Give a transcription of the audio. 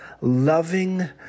loving